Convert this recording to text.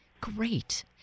Great